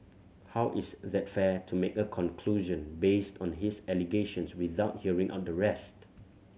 how is that fair to make a conclusion based on his allegations without hearing out the rest